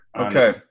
Okay